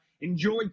enjoy